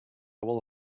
will